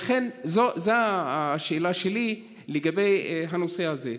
לכן, זו השאלה שלי לגבי הנושא הזה.